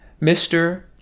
mr